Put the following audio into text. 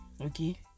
Okay